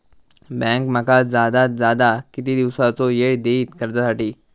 Bank माका जादात जादा किती दिवसाचो येळ देयीत कर्जासाठी?